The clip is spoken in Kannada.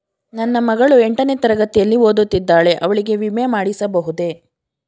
ನನ್ನ ಮಗಳು ಎಂಟನೇ ತರಗತಿಯಲ್ಲಿ ಓದುತ್ತಿದ್ದಾಳೆ ಅವಳಿಗೆ ವಿಮೆ ಮಾಡಿಸಬಹುದೇ?